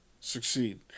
succeed